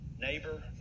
neighbor